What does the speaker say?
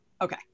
Okay